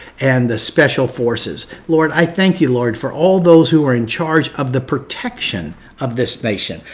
and the special forces. lord, i thank you, lord for all those who are in charge of the protection of this nation.